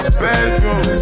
bedroom